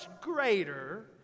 greater